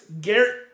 Garrett